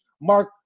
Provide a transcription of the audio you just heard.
Mark